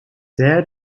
there